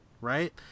right